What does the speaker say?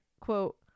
quote